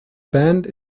band